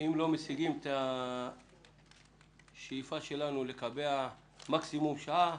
אם לא משיגים את השאיפה שלנו של מקסימום שעה,